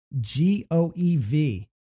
G-O-E-V